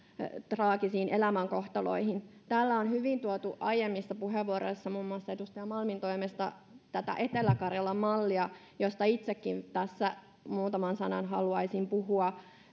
traagisiin elämänkohtaloihin täällä on hyvin tuotu aiemmissa puheenvuoroissa muun muassa edustaja malmin toimesta tätä etelä karjalan mallia josta itsekin muutaman sanan haluaisin puhua